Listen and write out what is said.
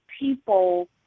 people